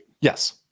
yes